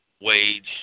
wage